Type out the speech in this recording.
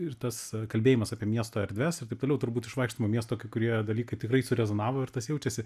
ir tas kalbėjimas apie miesto erdves ir taip toliau turbūt iš vaikštomo miesto kai kurie dalykai tikrai surezonavo ir tas jaučiasi